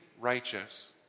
righteous